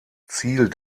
ziel